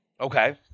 Okay